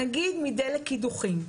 נגיד מדלק קידוחים.